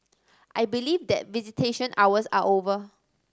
I believe that visitation hours are over